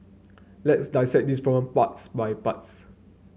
let's dissect this problem parts by parts